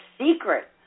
secret